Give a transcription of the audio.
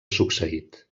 succeït